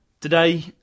Today